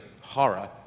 horror